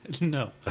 No